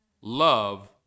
love